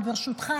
וברשותך,